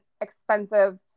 expensive